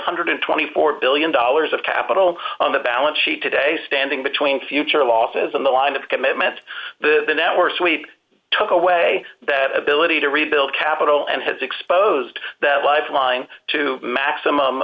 hundred and twenty four billion dollars of capital on the balance sheet today standing between future losses and the line of commitment that the networks we took away that ability to rebuild capital and has exposed that lifeline to maximum